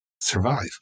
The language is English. survive